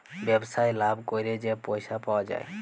ব্যবসায় লাভ ক্যইরে যে পইসা পাউয়া যায়